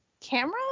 camera